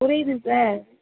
புரியுது சார்